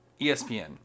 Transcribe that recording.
espn